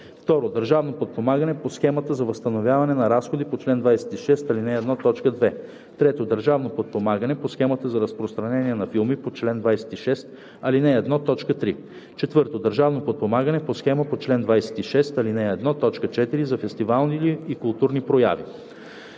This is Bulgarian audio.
т. 1; 2. държавно подпомагане по схемата за възстановяване на разходи по чл. 26, ал. 1, т. 2; 3. държавно подпомагане по схемата за разпространение на филми по чл. 26, ал. 1, т. 3; 4. държавно подпомагане по схема по чл. 26, ал. 1, т. 4 за фестивали и културни прояви.